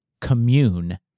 commune